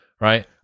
right